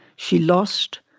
she lost,